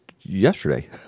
yesterday